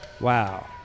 Wow